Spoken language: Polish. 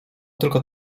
tylko